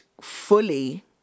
fully